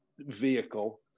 vehicle